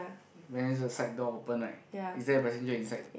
when is the side door open right is there a passenger inside